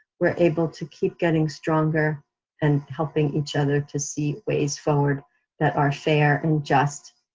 we're able to keep getting stronger and helping each other to see ways forward that are fair, and just,